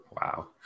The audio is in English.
Wow